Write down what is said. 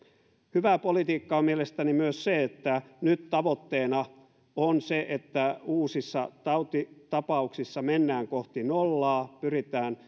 hyvää politiikkaa on mielestäni myös se että nyt tavoitteena on se että uusissa tautitapauksissa mennään kohti nollaa pyritään